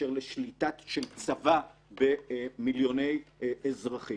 באשר לשליטה של צבא במיליוני אזרחים.